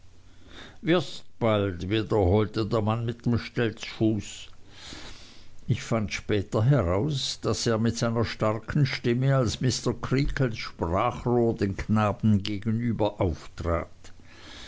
bald wiederholte der mann mit dem stelzfuß ich fand später heraus daß er mit seiner starken stimme als mr creakles sprachrohr den knaben gegenüber auftrat